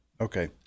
okay